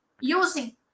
using